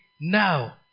Now